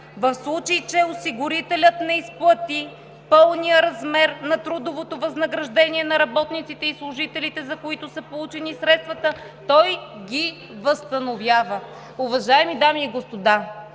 В случай, че осигурителят не изплати пълния размер на трудовото възнаграждение на работниците и служителите, за които са получени средствата, той ги възстановява.“ Уважаеми дами и господа,